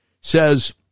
says